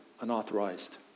unauthorized